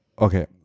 Okay